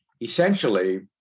essentially